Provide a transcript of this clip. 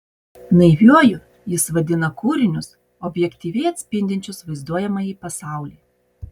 naiviuoju jis vadina kūrinius objektyviai atspindinčius vaizduojamąjį pasaulį